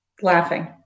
laughing